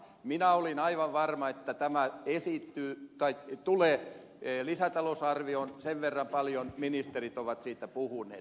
minä olin aivan varma että tämä tulee lisätalousarvioon sen verran paljon ministerit ovat siitä puhuneet